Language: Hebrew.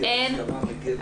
התיקון אושר.